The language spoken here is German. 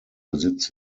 besitz